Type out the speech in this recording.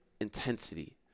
intensity